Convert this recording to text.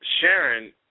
Sharon